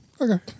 Okay